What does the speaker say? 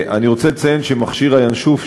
אני רוצה לציין שמכשיר ה"ינשוף",